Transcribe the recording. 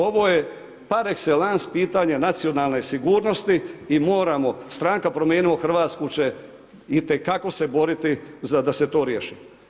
Ovo je parekselans pitanje nacionalne sigurnosti i moramo, stranka Promijenimo Hrvatsku će itekako se boriti da se to riješi.